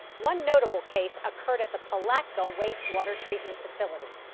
one notable case occurred at the palatka wastewater treatment facility.